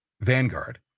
Vanguard